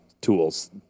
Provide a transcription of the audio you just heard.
tools